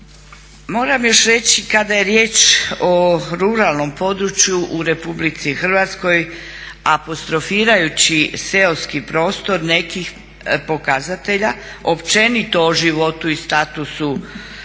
Moram još reći kada je riječ o ruralnom području u Republici Hrvatskoj apostrofirajući seoski prostor nekih pokazatelja općenito o životu i statusu